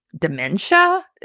dementia